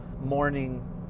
morning